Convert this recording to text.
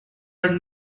are